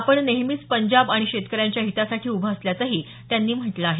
आपण नेहमीच पंजाब आणि शेतकऱ्यांच्या हितासाठी उभं असल्याचंही त्यांनी म्हटलं आहे